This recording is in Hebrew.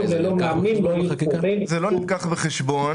זה לא נלקח בחשבון.